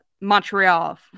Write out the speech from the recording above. montreal